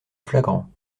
flagrant